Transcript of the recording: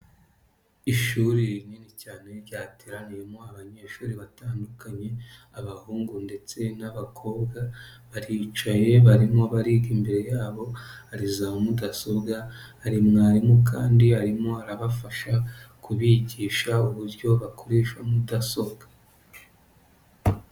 Ishuri rinini cyane ryateraniyemo abanyeshuri batandukanye, abahungu ndetse n'abakobwa, baricaye barimo bariga, imbere yabo hari za mudasobwa, hari mwarimu kandi arimo arabafasha kubigisha uburyo bakoresha mudasobwa.